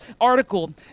article